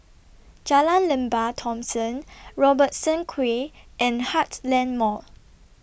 Jalan Lembah Thomson Robertson Quay and Heartland Mall